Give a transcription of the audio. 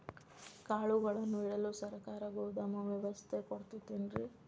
ಕಾಳುಗಳನ್ನುಇಡಲು ಸರಕಾರ ಗೋದಾಮು ವ್ಯವಸ್ಥೆ ಕೊಡತೈತೇನ್ರಿ?